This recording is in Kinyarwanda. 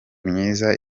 myiza